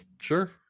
Sure